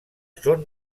són